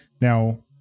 Now